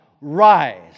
rise